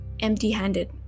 empty-handed